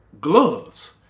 gloves